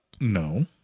No